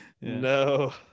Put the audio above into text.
no